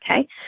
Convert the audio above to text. okay